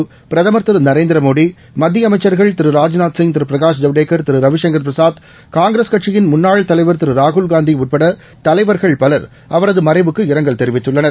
குடியரசுத் பிரதமர் திருநரேந்திரமோடி மத்தியஅமைசன்கள் திரு ராஜ்நூத்சிங் திருபிரகாஷ் ஜவடேக்கா் திருரவிசங்கள் பிரசாத் காங்கிரஸ் கட்சியின் முன்னாள் தலைவர் திருராகுல்காந்திஉட்படதலைவர்கள் பலர் அவரதமறைவுக்கு இரங்கல் தெரிவித்துள்ளனர்